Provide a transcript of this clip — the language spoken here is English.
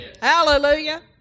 Hallelujah